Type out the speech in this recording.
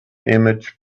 image